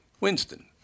Winston